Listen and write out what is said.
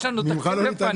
יש לנו תקציב לפנינו.